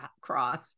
cross